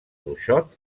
bruixot